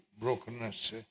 brokenness